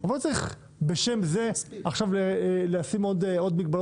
אבל לא צריך בשם זה עכשיו לשים עוד מגבלות